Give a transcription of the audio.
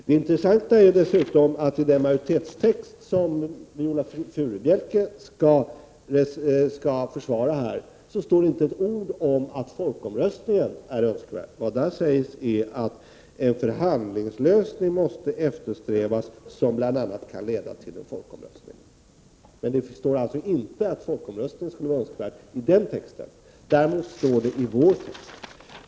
Det intressanta är dessutom att det i den majoritetstext som Viola Furubjelke skall försvara här inte står ett ord om att folkomröstning är önskvärd. Vad där sägs är att en förhandlingslösning måste eftersträvas som bl.a. kan leda till en folkomröstning. Det står alltså inte att folkomröstning skulle vara önskvärd i den texten. Däremot står det i vår text.